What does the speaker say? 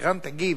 אירן תגיב,